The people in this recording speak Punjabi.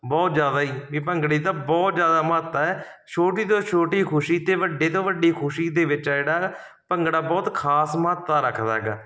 ਬਹੁਤ ਜ਼ਿਆਦਾ ਹੀ ਵੀ ਭੰਗੜੇ ਦੀ ਤਾਂ ਬਹੁਤ ਜ਼ਿਆਦਾ ਮਹੱਤਤਾ ਹੈ ਛੋਟੀ ਤੋਂ ਛੋਟੀ ਖੁਸ਼ੀ ਅਤੇ ਵੱਡੇ ਤੋਂ ਵੱਡੀ ਖੁਸ਼ੀ ਦੇ ਵਿੱਚ ਆ ਜਿਹੜਾ ਭੰਗੜਾ ਬਹੁਤ ਖ਼ਾਸ ਮਹੱਤਤਾ ਰੱਖਦਾ ਹੈਗਾ